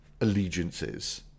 allegiances